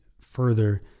further